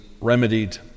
remedied